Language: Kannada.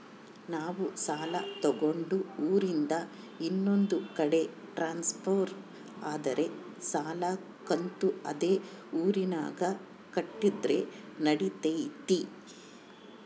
ನಾವು ಸಾಲ ತಗೊಂಡು ಊರಿಂದ ಇನ್ನೊಂದು ಕಡೆ ಟ್ರಾನ್ಸ್ಫರ್ ಆದರೆ ಸಾಲ ಕಂತು ಅದೇ ಊರಿನಾಗ ಕಟ್ಟಿದ್ರ ನಡಿತೈತಿ?